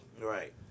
Right